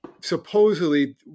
supposedly